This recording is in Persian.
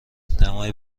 دمای